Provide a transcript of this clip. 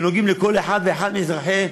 שנוגעים בכל אחד ואחד מאזרחי